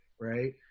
right